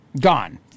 Gone